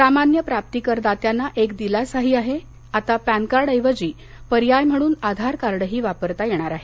सामान्य प्राप्तीकरदात्यांना एक दिलासाही आहे आता पक्रिार्ड ऐवजी पर्याय म्हणून आधारकार्डही वापरता येणार आहे